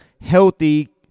healthy